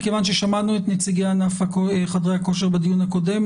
מכיוון ששמענו את נציגי ענף הכושר בדיון הקודם,